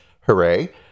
Hooray